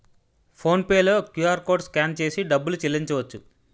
phone pay లో QR code scan చేసి డబ్బులు చెల్లించవచ్చు